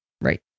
Right